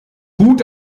gut